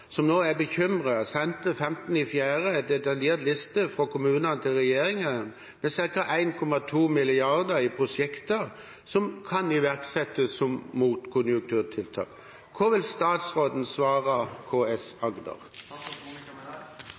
sendte 15. april en detaljert liste fra kommunene til regjeringen med ca. 1,2 mrd. kr i prosjekter som kan iverksettes som motkonjunkturtiltak. Hva vil statsråden svare KS Agder?»